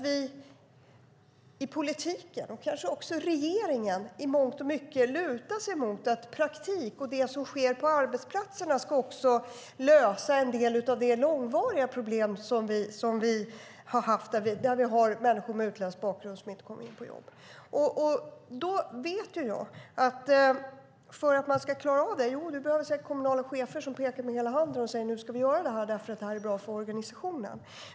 Vi i politiken och kanske också regeringen lutar oss kanske i mångt och mycket mot att praktik och det som sker på arbetsplatserna också ska lösa en del av de långvariga problem som vi har haft med att människor med utländsk bakgrund inte kommer in i jobb. För att man ska klara av det behöver man säkert kommunala chefer som pekar med hela handen och säger: Nu ska vi göra det här, för det är bra för organisationen.